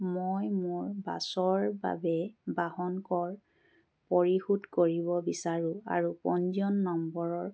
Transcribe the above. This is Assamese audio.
মই মোৰ বাছৰ বাবে বাহন কৰ পৰিশোধ কৰিব বিচাৰোঁ আৰু পঞ্জীয়ন নম্বৰৰ